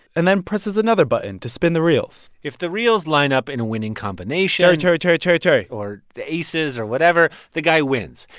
and then presses another button to spin the reels if the reels line up in a winning combination. cherry, cherry, cherry, cherry, cherry. or aces or whatever, the guy wins.